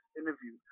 interview